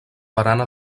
barana